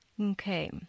Okay